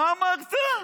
מה אמרת?